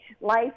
life